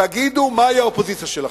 תגידו מה היא האופוזיציה שלכם.